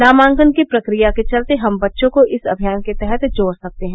नामांकन की प्रक्रिया के चलते हम बच्चों को इस अभियान के तहत जोड़ सकते हैं